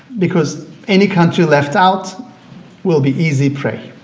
because any country left out will be easy prey